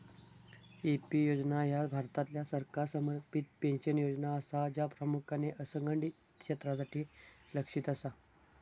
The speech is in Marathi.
ए.पी योजना ह्या भारतातल्या सरकार समर्थित पेन्शन योजना असा, ज्या प्रामुख्यान असंघटित क्षेत्रासाठी लक्ष्यित असा